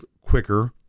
quicker